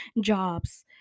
jobs